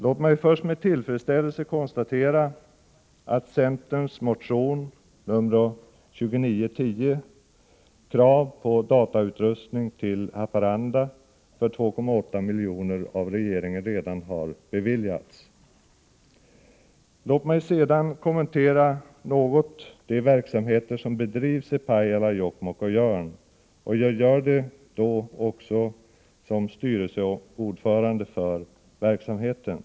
Låt mig först med tillfredsställelse konstatera att det krav på datautrustning för 2,8 milj.kr. till Haparanda, som framförs i centerns motion nr 2910, redan har beviljats av regeringen. Låt mig sedan något kommentera de verksamheter som bedrivs i Pajala, Jokkmokk och Jörn. Jag gör det då också som styrelseordförande för verksamheten.